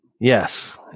Yes